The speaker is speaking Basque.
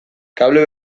kable